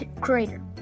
crater